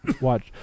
watch